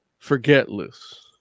Forgetless